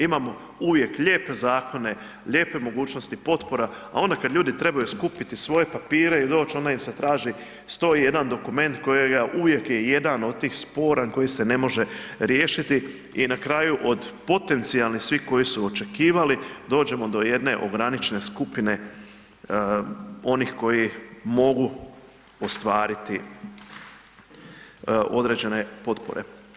Imamo uvijek lijepe zakone, lijepe mogućnosti potpora, a onda kad ljudi trebaju skupiti svoje papire i doći onda ih se traži 100 i jedan dokument kojega uvijek je jedan od tih sporan koji se ne može riješiti i na kraju od potencijalne svi koji su očekivali dođemo do jedne ograničene skupine onih koji mogu ostvariti određene potpore.